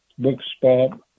Bookspot